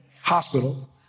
hospital